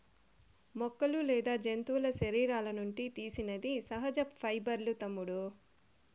మొక్కలు లేదా జంతువుల శరీరాల నుండి తీసినది సహజ పైబర్లూ తమ్ముడూ